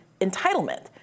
entitlement